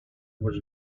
was